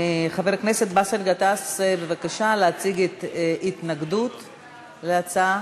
חבר הכנסת באסל גטאס, בבקשה להציג התנגדות להצעה.